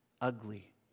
Ugly